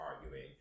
arguing